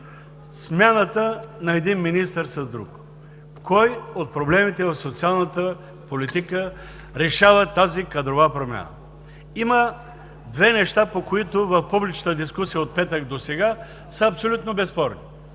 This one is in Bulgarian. смяната на един министър с друг. Кой от проблемите в социалната политика решава тази кадрова промяна? Има две неща, които в публичната дискусия от петък досега са абсолютно безспорни.